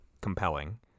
compelling